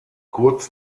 kurz